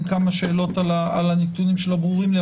כמה שאלות על הנתונים שלא ברורים לי,